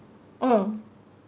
oh